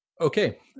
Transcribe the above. Okay